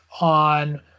on